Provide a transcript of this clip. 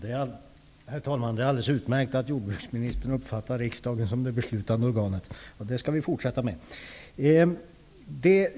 Herr talman! Det är alldeles utmärkt att jordbruksministern uppfattar riksdagen som det beslutande organet. Det skall vi fortsätta med.